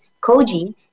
koji